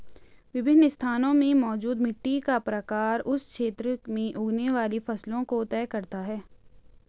विभिन्न स्थानों में मौजूद मिट्टी का प्रकार उस क्षेत्र में उगने वाली फसलों को तय करता है